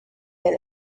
been